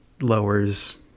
lowers